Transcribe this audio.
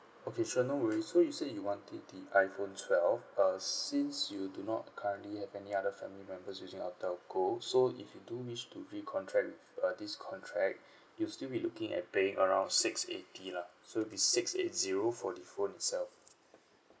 okay so no worries so you said you wanted the iphone twelve uh since you do not currently have any other family members using our telco so if you do wish to recontract with uh this contract you'll still be looking at paying around six eighty lah so this six eight zero for the phone itself